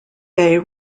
day